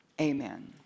Amen